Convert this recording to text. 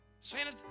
Santa